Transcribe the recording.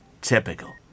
Typical